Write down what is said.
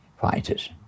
fighters